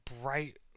bright